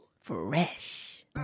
Fresh